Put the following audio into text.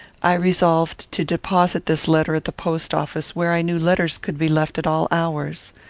i resolved to deposit this letter at the post-office, where i knew letters could be left at all hours.